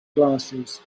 glasses